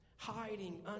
Hiding